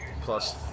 Plus